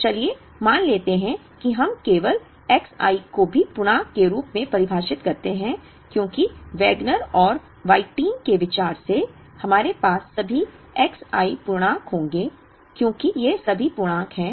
तो चलिए मान लेते हैं कि हम केवल X i को भी पूर्णांक के रूप में परिभाषित करते हैं क्योंकि वैगनर और व्हिटिन के विचार से हमारे पास सभी X i पूर्णांक होंगे क्योंकि ये सभी पूर्णांक हैं